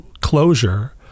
closure